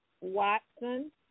Watson